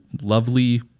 lovely